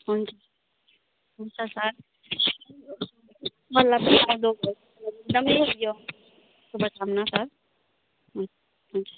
हुन्छ हुन्छ सर एकदमै उयो शुभकामना सर हुन्छ